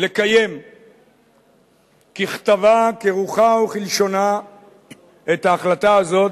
לקיים ככתבה, כרוחה וכלשונה את ההחלטה הזאת,